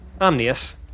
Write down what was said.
Omnius